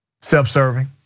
Self-serving